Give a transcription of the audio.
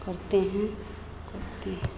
करते हैं करते हैं